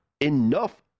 enough